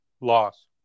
Loss